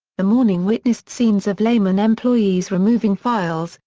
the morning witnessed scenes of lehman employees removing files,